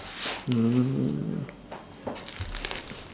mm